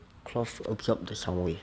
cloth absorb the soundwaves